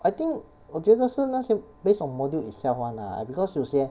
I think 我觉得是那些 based on module itself [one] lah because 有些